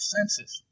Census